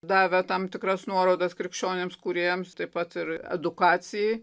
davė tam tikras nuorodas krikščionims kūrėjams taip pat ir edukacijai